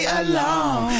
alone